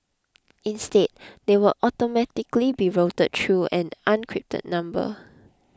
instead they will automatically be routed through an encrypted number